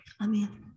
Amen